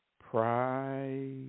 pride